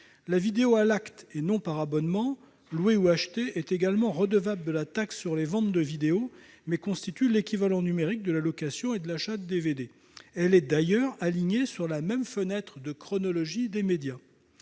La vidéo à l'acte, et non par abonnement, louée ou achetée, est également redevable de la TSV, mais constitue l'équivalent numérique de la location et de l'achat de DVD. Elle est d'ailleurs alignée sur la même fenêtre de chronologie des médias.